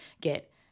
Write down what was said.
get